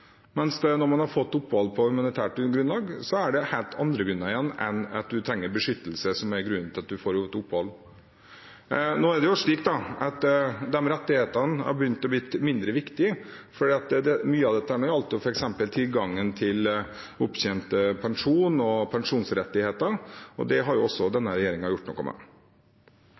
når man har fått opphold på humanitært grunnlag. Da er det helt andre grunner enn at man trenger beskyttelse, som er grunnen til at man får opphold. Nå er det slik at de rettighetene har begynt å bli mindre viktig fordi mye av dette gjaldt f.eks. tilgangen til opptjent pensjon og pensjonsrettigheter, og det har også denne regjeringen gjort noe med.